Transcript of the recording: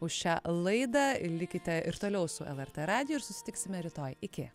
už šią laidą likite ir toliau su lrt radiju ir susitiksime rytoj iki